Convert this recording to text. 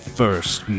first